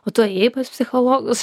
o tu ėjai pas psichologus